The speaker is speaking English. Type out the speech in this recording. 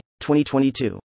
2022